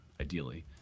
ideally